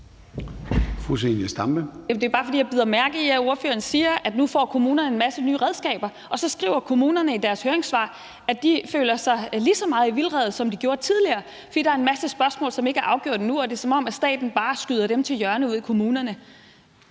Det er bare, fordi jeg bider mærke i, at ordføreren siger, at nu får kommunerne en masse nye redskaber, og så skriver kommunerne i deres høringssvar, at de føler sig lige så meget i vildrede, som de gjorde tidligere, fordi der er en masse spørgsmål, som ikke er afgjort endnu, og det er, som om staten bare skyder dem til hjørne ude i kommunerne.